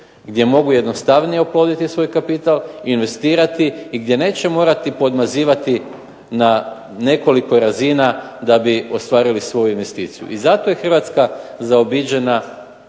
gdje mogu jednostavnije ophoditi svoj kapital, investirati i gdje neće morati podmazivati na nekoliko razina da bi ostvarili svoju investiciju. I zato je Hrvatska zaobiđena